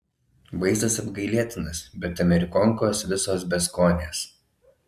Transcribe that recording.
vaizdas apgailėtinas bet amerikonkos visos beskonės